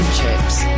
chips